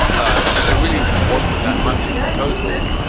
um it really wasn't that much of the total.